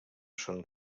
són